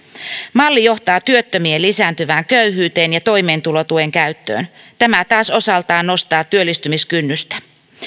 malli johtaa työttömien lisääntyvään köyhyyteen ja toimeentulotuen käyttöön tämä taas osaltaan nostaa työllistymiskynnystä